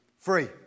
free